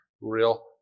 real